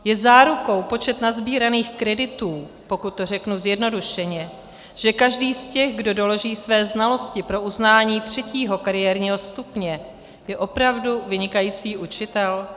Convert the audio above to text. Je zárukou počet nasbíraných kreditů, pokud to řeknu zjednodušeně, že každý z těch, kdo doloží své znalostí pro uznání třetího kariérního stupně, je opravdu vynikající učitel?